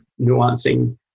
nuancing